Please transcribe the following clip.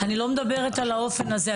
אני לא מדברת על האופן הזה,